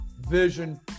vision